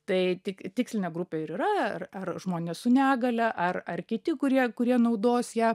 tai tik tikslinė grupė ir yra ar ar žmonės su negalia ar ar kiti kurie kurie naudos ją